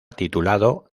titulado